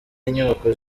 y’inyubako